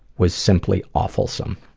was simply awful-some.